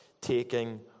taking